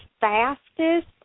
fastest